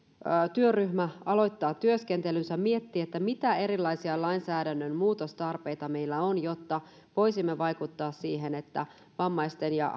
työryhmä aloittaa työskentelynsä miettii mitä erilaisia lainsäädännön muutostarpeita meillä on jotta voisimme vaikuttaa siihen että vammaisten ja